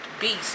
beast